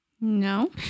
No